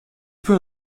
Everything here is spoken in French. peut